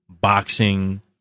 boxing